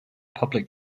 public